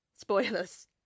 Spoilers